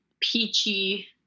peachy